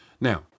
Now